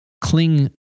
cling